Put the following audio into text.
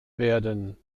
werden